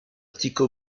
tycho